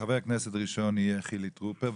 חבר הכנסת הראשון יהיה חילי טרופר,